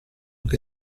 che